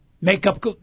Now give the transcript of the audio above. Makeup